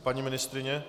Paní ministryně?